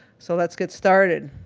so let's get started.